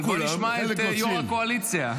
אבל בוא נשמע את יו"ר הקואליציה.